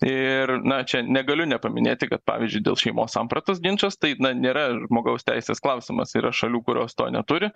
ir na čia negaliu nepaminėti kad pavyzdžiui dėl šeimos sampratos ginčas tai na nėra žmogaus teisės klausimas yra šalių kurios to neturi